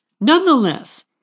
Nonetheless